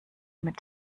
mit